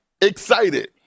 excited